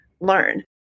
learn